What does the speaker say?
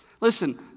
Listen